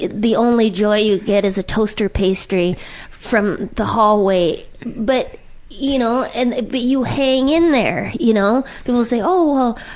the only joy you get is a toaster pastry from the hallway but you know and but you hang in there. and you know then i'll say, oh,